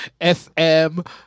FM